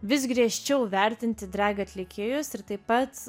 vis griežčiau vertinti drag atlikėjus ir taip pat